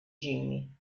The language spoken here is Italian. jimmy